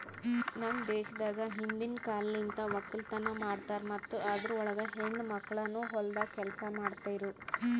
ನಮ್ ದೇಶದಾಗ್ ಹಿಂದಿನ್ ಕಾಲಲಿಂತ್ ಒಕ್ಕಲತನ ಮಾಡ್ತಾರ್ ಮತ್ತ ಅದುರ್ ಒಳಗ ಹೆಣ್ಣ ಮಕ್ಕಳನು ಹೊಲ್ದಾಗ್ ಕೆಲಸ ಮಾಡ್ತಿರೂ